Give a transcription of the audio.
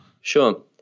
Sure